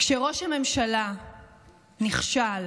כשראש הממשלה נכשל